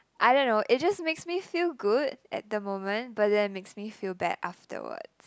I don't know it just makes me feel good at the moment but then it makes me feel bad afterwards